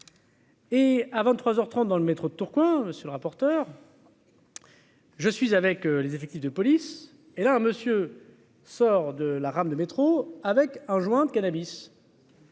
Et à 23 heures 30 dans le métro de Tourcoing, monsieur le rapporteur. Je suis avec les effectifs de police et là monsieur sort de la rame de métro avec un joint de cannabis.